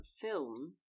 film